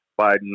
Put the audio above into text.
Biden